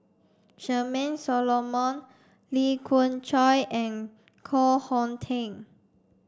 Charmaine Solomon Lee Khoon Choy and Koh Hong Teng